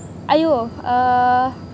!aiyo! err